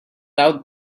out